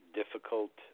difficult